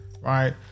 right